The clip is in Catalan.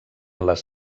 les